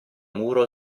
muro